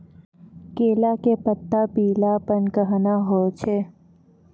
केला के पत्ता पीलापन कहना हो छै?